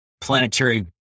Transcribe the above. planetary